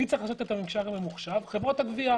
מי צריך לעשות את הממשק הממוחש - חברות הגבייה.